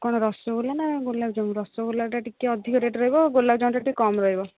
କ'ଣ ରସଗୋଲା ନା ଗୋଲାପଜାମୁ ରସଗୋଲାଟା ଟିକେ ଅଧିକ ରେଟ୍ ରହିବ ଗୋଲାପଜାମୁ ଟିକେ କମ୍ ରହିବ